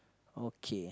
okay